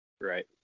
right